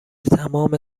تمام